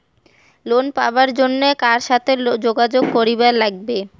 Loan পাবার জন্যে কার সাথে যোগাযোগ করিবার লাগবে?